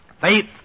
Faith